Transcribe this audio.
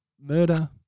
murder